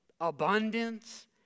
abundance